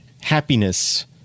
Happiness